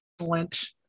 excellent